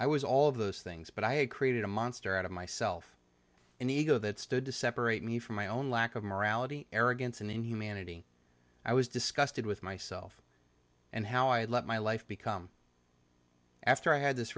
i was all of those things but i had created a monster out of myself an ego that stood to separate me from my own lack of morality arrogance and inhumanity i was disgusted with myself and how i had let my life become after i had this